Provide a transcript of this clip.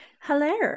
hello